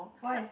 why